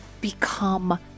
become